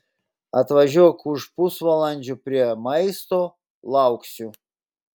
atvažiuok už pusvalandžio prie maisto lauksiu